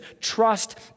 Trust